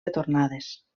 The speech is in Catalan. retornades